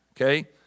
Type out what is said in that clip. Okay